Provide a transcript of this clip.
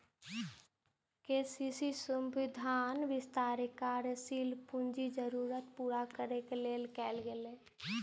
KCC सुविधाक विस्तार कार्यशील पूंजीक जरूरत पूरा करै लेल कैल गेलै